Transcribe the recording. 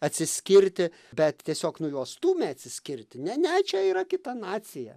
atsiskirti bet tiesiog nu juos stūmė atsiskirti ne ne čia yra kita nacija